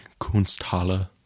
Kunsthalle